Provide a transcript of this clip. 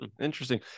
Interesting